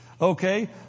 Okay